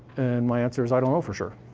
and my answer is i don't know for sure.